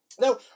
Now